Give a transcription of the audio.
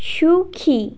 সুখী